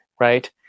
right